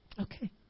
Okay